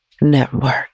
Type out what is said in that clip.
network